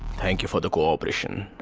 thank you for the cooperation.